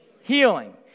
healing